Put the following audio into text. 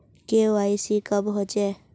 KYC कब होचे?